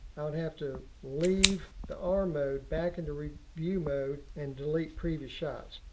i would have to leave the arm mode, back in to review mode and delete previous shots.